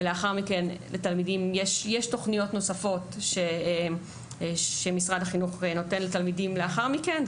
ולאחר מכן יש תוכניות נוספות שמשרד החינוך נותן לתלמידים לאחר מכן.